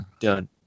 Done